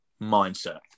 mindset